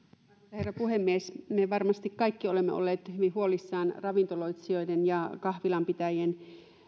herra puhemies me kaikki varmasti olemme olleet hyvin huolissamme ravintoloitsijoiden ja kahvilanpitäjien